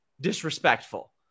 disrespectful